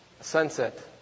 sunset